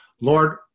Lord